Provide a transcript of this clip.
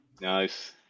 Nice